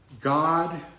God